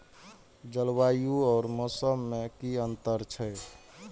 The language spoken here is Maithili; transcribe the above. जलवायु और मौसम में कि अंतर छै?